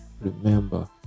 remember